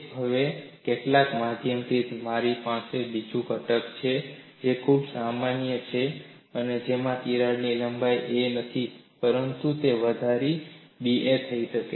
હવે કેટલાક માધ્યમથી મારી પાસે બીજું ઘટક છે જે ખૂબ સમાન છે જેમાં તિરાડની લંબાઈ a નથી પરંતુ તે વધારીને da થઈ છે